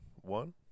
one